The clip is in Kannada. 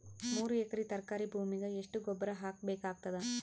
ಮೂರು ಎಕರಿ ತರಕಾರಿ ಭೂಮಿಗ ಎಷ್ಟ ಗೊಬ್ಬರ ಹಾಕ್ ಬೇಕಾಗತದ?